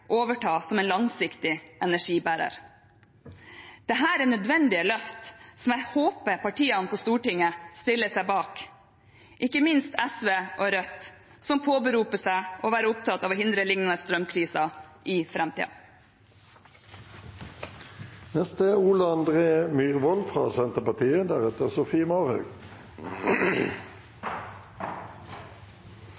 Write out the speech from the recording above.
overta som en langsiktig energibærer. Dette er nødvendige løft som jeg håper partiene på Stortinget stiller seg bak – ikke minst SV og Rødt, som påberoper seg å være opptatt av å hindre lignende strømkriser i